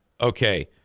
Okay